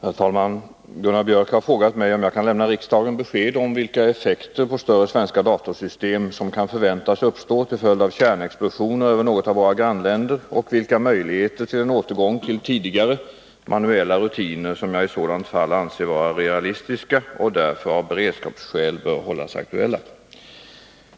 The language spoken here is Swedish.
Herr talman! Gunnar Biörck i Värmdö har frågat mig om jag kan lämna riksdagen besked om vilka effekter på större svenska datorsystem som kan förväntas uppstå till följd av kärnexplosioner över något av våra grannländer och vilka möjligheter till en återgång till tidigare, manuella rutiner som jag i sådant fall anser vara realistiska och därför av beredskapsskäl bör hållas aktuella.